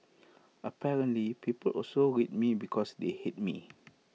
apparently people also read me because they hate me